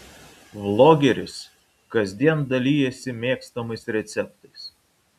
vlogeris kasdien dalijasi mėgstamais receptais